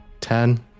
Ten